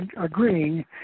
agreeing